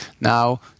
now